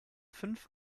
fünf